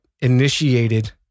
initiated